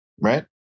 right